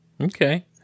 Okay